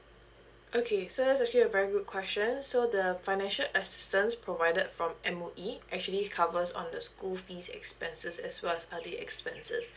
okay so there's actually a very good question so the financial assistance provided from M_O_E actually covers on the school fees expenses as well as other expenses